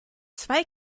zwei